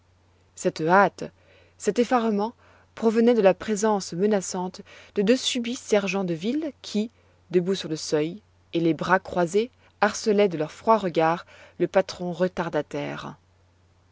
cette hâte cet effarement provenaient de la présence menaçante de deux subits sergents de ville qui debout sur le seuil et les bras croisés harcelaient de leur froid regard le patron retardataire